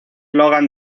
logan